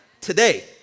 Today